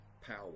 power